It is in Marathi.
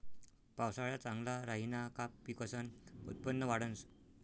पावसाया चांगला राहिना का पिकसनं उत्पन्न वाढंस